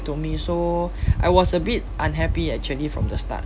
to me so I was a bit unhappy actually from the start